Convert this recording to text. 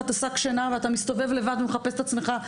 את השק שינה ואתה מסתובב לבד ומחפש את עצמך.